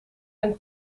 een